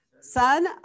son